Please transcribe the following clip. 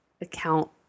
account